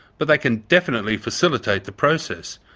but they can definitely facilitate the process.